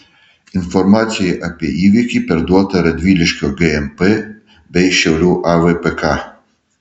informacija apie įvykį perduota radviliškio gmp bei šiaulių avpk